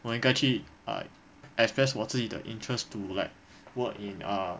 我应该去 ah express 我自己的 interest to like work in ah